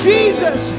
Jesus